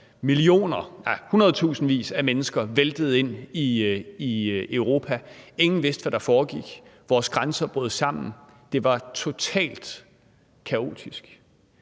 af mennesker væltede ind i Europa, ingen vidste, hvad der foregik, vores grænser brød sammen. Det var totalt kaotisk.